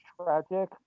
tragic